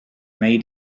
made